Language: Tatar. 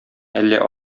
әллә